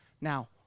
Now